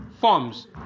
forms